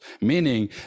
meaning